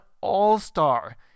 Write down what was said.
all-star